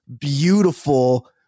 beautiful